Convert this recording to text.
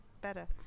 better